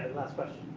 last question.